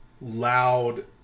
loud